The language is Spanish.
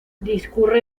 discurre